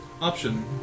Option